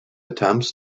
attempts